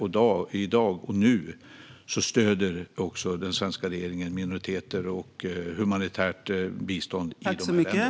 I dag stöder också den svenska regeringen minoriteter och humanitärt bistånd i dessa länder.